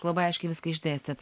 labai aiškiai viską išdėstėt